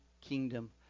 kingdom